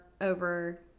over